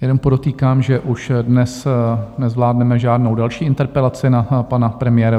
Jenom podotýkám, že už dnes nezvládneme žádnou další interpelaci na pana premiéra.